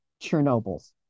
Chernobyls